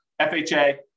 FHA